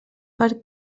per